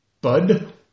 bud